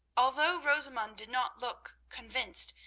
although rosamund did not look convinced,